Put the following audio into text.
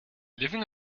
living